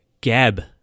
Gab